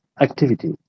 activity